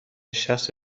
شخص